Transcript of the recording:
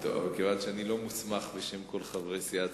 מכיוון שאני לא מוסמך בשם כל חברי סיעת